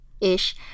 ish